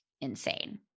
insane